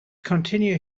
continue